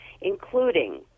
including